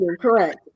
correct